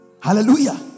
Hallelujah